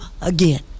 again